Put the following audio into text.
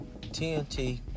TNT